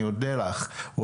אני אודה לך,